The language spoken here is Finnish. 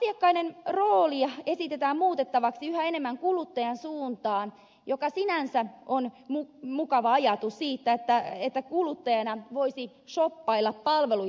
asiakkaiden roolia esitetään muutettavaksi yhä enemmän kuluttajan suuntaan mikä sinänsä on mukava ajatus että kuluttajana voisi shoppailla palveluita setelein